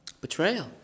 Betrayal